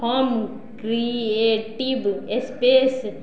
हम creative space